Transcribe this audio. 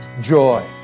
joy